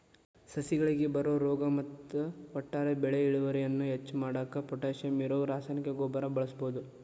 ಸಸಿಗಳಿಗೆ ಬರೋ ರೋಗ ಮತ್ತ ಒಟ್ಟಾರೆ ಬೆಳಿ ಇಳುವರಿಯನ್ನ ಹೆಚ್ಚ್ ಮಾಡಾಕ ಪೊಟ್ಯಾಶಿಯಂ ಇರೋ ರಾಸಾಯನಿಕ ಗೊಬ್ಬರ ಬಳಸ್ಬಹುದು